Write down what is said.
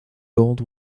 gold